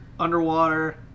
underwater